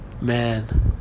Man